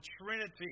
trinity